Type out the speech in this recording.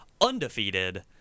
undefeated